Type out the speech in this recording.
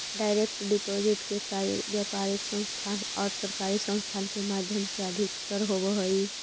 direct deposit के कार्य व्यापारिक संस्थान आउ सरकारी संस्थान के माध्यम से अधिकतर होवऽ हइ